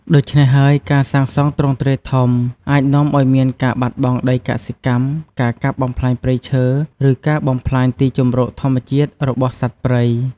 ដូច្នេះហើយ ការសាងសង់ទ្រង់ទ្រាយធំអាចនាំឱ្យមានការបាត់បង់ដីកសិកម្ម ការកាប់បំផ្លាញព្រៃឈើ ឬការបំផ្លាញទីជម្រកធម្មជាតិរបស់សត្វព្រៃ។